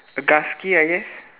a gusky I guess